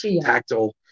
tactile